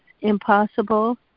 impossible